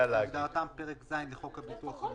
כהגדרתם בפרק ז' לחוק הביטוח הלאומי".